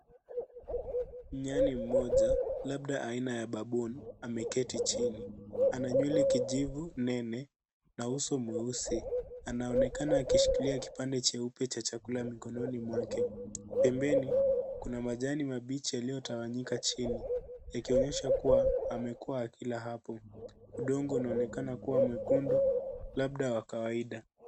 Nyani mmoja labda aina ya baboon ameketi chini. Ana nywele kijivu nene na uso mweusi. Anaonekana akishikilia kipande cheupe cha chakula mikononi mwake. Pembeni, kuna majani mabichi yaliyotawanyika chini yakionyesha kuwa amekuwa akila hapo. Udongo unaonekana kuwa mwekundu, labda wa kawaida.